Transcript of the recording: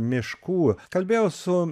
miškų kalbėjau su